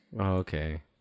okay